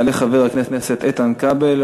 יעלה חבר הכנסת איתן כבל,